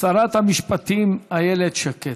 שרת המשפטים איילת שקד.